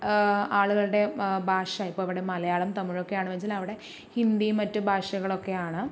ആളുകളുടെ ഭാഷ ഇപ്പോൾ ഇവിടെ മലയാളം തമിഴ് ഒക്കെ ആണ് വെച്ചാൽ അവിടെ ഹിന്ദിയും മറ്റു ഭാഷകൾ ഒക്കെയാണ്